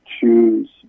choose